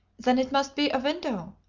then it must be a window.